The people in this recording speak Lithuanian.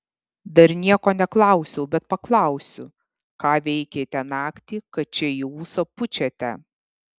dar nieko neklausiau bet paklausiu ką veikėte naktį kad čia į ūsą pučiate